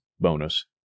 bonus